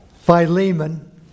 Philemon